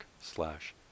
slash